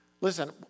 Listen